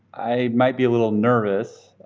i might be a little nervous,